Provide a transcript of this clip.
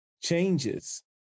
changes